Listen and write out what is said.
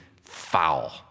foul